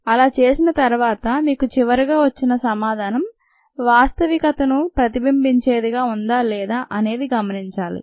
అలా చేసిన తర్వాత మీకు చివరిగా వచ్చిన సమాధానం వాస్తవితకను ప్రతిబింబించేదిగా ఉందా అనేది గమనించాలి